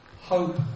hope